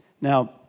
Now